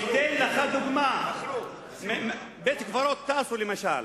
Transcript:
אתן לך דוגמה: בית-קברות טאסו, למשל,